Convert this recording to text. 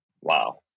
Wow